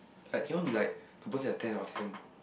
like cannot be like opposite ten out of ten